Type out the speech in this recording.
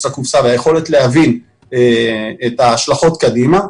לקופסה והיכולת להבין את ההשלכות קדימה,